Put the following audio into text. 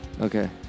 Okay